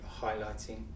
highlighting